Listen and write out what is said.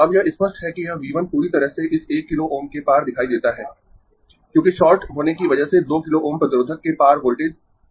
अब यह स्पष्ट है कि यह V 1 पूरी तरह से इस 1 किलो Ω के पार दिखाई देता है क्योंकि शॉर्ट होने की वजह से 2 किलो Ω प्रतिरोधक के पार वोल्टेज 0 है